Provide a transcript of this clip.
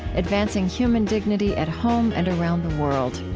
advancing human dignity at home and around the world.